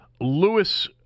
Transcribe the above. Lewis